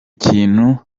kintu